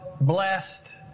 blessed